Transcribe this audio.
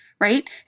right